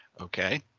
Okay